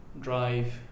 drive